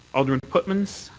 alderman pootmans?